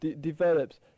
develops